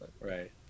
right